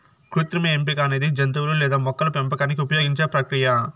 కృత్రిమ ఎంపిక అనేది జంతువులు లేదా మొక్కల పెంపకానికి ఉపయోగించే ప్రక్రియ